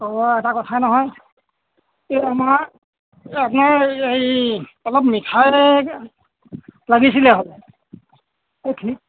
অঁ এটা কথা নহয় এই আমাৰ এই আপোনাৰ হেৰি অলপ মিঠাই লাগিছিলে হ'লে এই খি